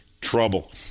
trouble